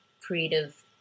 creative